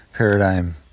paradigm